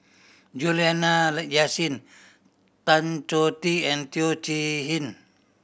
Juliana Yasin Tan Choh Tee and Teo Chee Hean